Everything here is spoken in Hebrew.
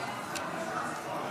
בעד,